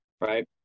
right